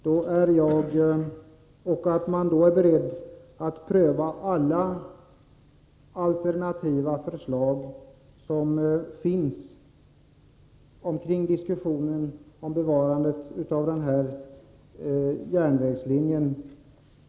Jag hoppas också att man då är beredd att pröva alla alternativa förslag som kommer fram i diskussionen om bevarandet av den här järnvägslinjen.